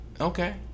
Okay